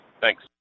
Thanks